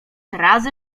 razy